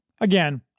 Again